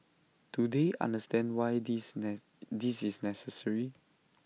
do they understand why this this is necessary